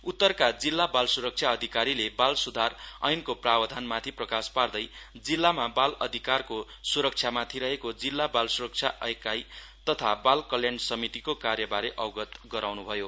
उत्तरका जिल्ला बाल सुरक्षा अधिकारीले बाल सुधार ऐनको प्रावधानमाथि प्रकाश पार्दै जिल्लामा बाल अधिकारको स्रक्षामाथि रहेको जिल्ला बाल स्रक्षा एकाई तथा बाल कल्याण समितिको कार्यबारे अवगत गराउन् भयो